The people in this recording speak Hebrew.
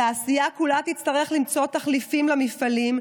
התעשייה כולה תצטרך למצוא תחליפים בשביל המפעלים,